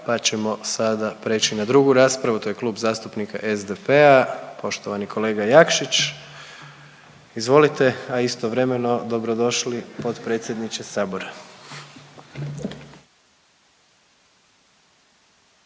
pa ćemo sada preći na drugu raspravu, to je Klub zastupnika SDP-a, poštovani kolega Jakšić, izvolite, a istovremeno dobrodošli potpredsjedniče sabora.